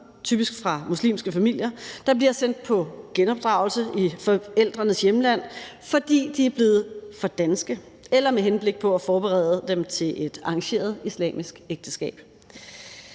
typisk fra muslimske familier, der bliver sendt på genopdragelse i forældrenes hjemland, fordi de er blevet for danske, eller med henblik på at forberede dem til et arrangeret islamisk ægteskab.